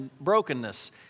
brokenness